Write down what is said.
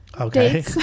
Okay